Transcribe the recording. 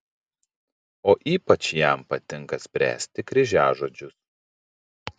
o ypač jam patinka spręsti kryžiažodžius